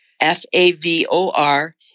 F-A-V-O-R